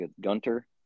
Gunter